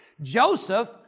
Joseph